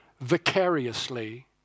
vicariously